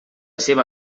seva